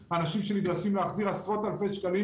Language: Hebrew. האנשים שנדרשים להחזיר עשרות-אלפי שקלים